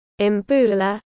Imbula